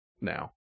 now